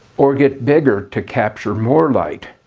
or get bigger to capture more light.